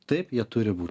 taip jie turi būti